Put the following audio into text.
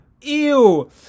Ew